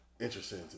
interesting